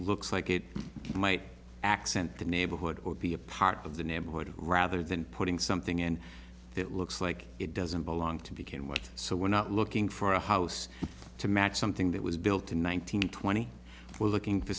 looks like it might accent the neighborhood or be a part of the neighborhood rather than putting something in it looks like it doesn't belong to begin with so we're not looking for a house to match something that was built in one nine hundred twenty we're looking for